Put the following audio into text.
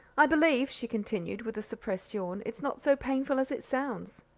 i believe, she continued, with a suppressed yawn, it's not so painful as it sounds.